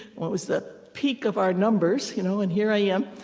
what was the peak of our numbers, you know and here i am,